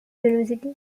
university